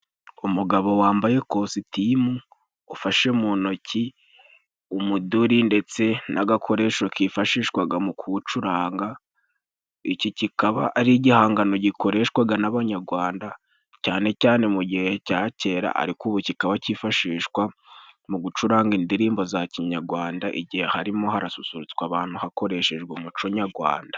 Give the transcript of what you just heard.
Umugabo wambaye kositimu, ufashe mu ntoki umuduri ndetse n'agakoresho kifashishwa mu gucuranga. Iki kikaba ari igihangano gikoreshwa n'Abanyagwanda cyane cyane mu gihe cya kera. Ariko ubu kikaba cyifashishwa mu gucuranga indirimbo za kinyagwanda, igihe harimo harasusutswa abantu, hakoreshejwe umuco nyarwanda.